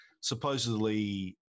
supposedly